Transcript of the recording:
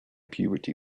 puberty